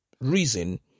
reason